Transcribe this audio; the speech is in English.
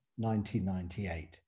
1998